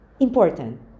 Important